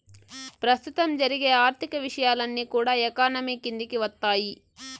ప్రస్తుతం జరిగే ఆర్థిక విషయాలన్నీ కూడా ఎకానమీ కిందికి వత్తాయి